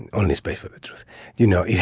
and only space for the truth you know, yeah